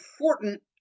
important